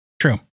True